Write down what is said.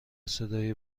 صدای